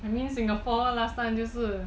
I mean singapore last time 就是